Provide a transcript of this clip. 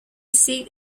seat